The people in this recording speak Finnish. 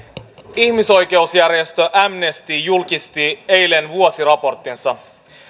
ihmisoikeusjärjestö amnesty julkisti eilen vuosiraporttinsa